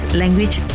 language